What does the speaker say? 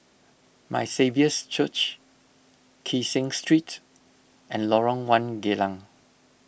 My Saviour's Church Kee Seng Street and Lorong one Geylang